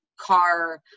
car